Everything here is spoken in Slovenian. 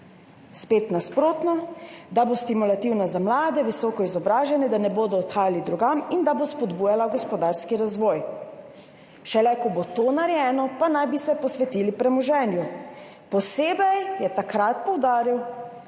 spet nasprotno, da bo stimulativna za mlade, visoko izobražene, da ne bodo odhajali drugam in da bo spodbujala gospodarski razvoj. Šele ko bo to narejeno, pa naj bi se posvetili premoženju. Takrat je posebej poudaril,